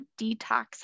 detox